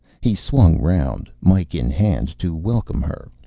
he swung round, mike in hand, to welcome her.